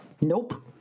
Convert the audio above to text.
Nope